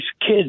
kids